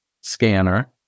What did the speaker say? scanner